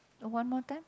one more time